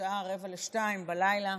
השעה 01:45,